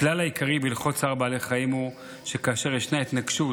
הכלל העיקרי בהלכות צער בעלי חיים הוא שכאשר ישנה התנגשות